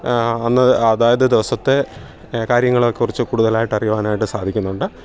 അന്ന് അതാത് ദിവസത്തെ കാര്യങ്ങളെ കുറിച്ച് കൂടുതലായിട്ട് അറിയുവാനായിട്ട് സാധിക്കുന്നുണ്ട്